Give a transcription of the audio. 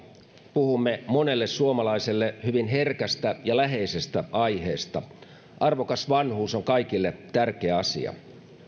puhumme monelle suomalaiselle hyvin herkästä ja läheisestä aiheesta arvokas vanhuus on kaikille tärkeä asia